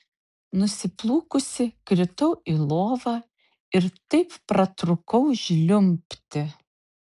nusiplūkusi kritau į lovą ir taip pratrūkau žliumbti